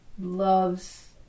loves